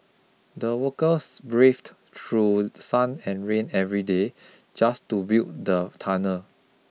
the workers braved through sun and rain every day just to build the tunnel